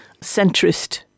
centrist